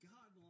God